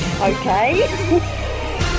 Okay